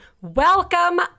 Welcome